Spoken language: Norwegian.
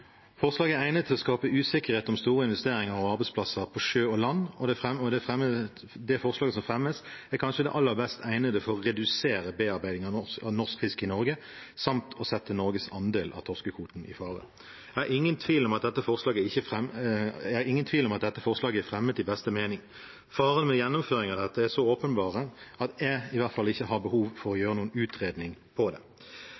Forslaget er egnet til å skape usikkerhet om store investeringer og arbeidsplasser på sjø og land. Det forslaget som fremmes, er kanskje det aller best egnede for å redusere bearbeiding av norsk fisk i Norge samt å sette Norges andel av torskekvoten i fare. Det er ingen tvil om at dette forslaget er fremmet i beste mening. Farene med gjennomføring av dette er så åpenbare at jeg i hvert fall ikke har behov for å